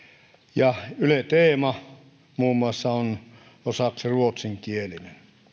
ja yle teema muun muassa on osaksi ruotsinkielinen